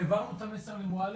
והעברנו את המסר למועלם,